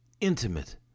intimate